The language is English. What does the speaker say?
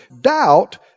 Doubt